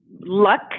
luck